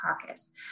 Caucus